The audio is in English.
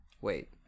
Wait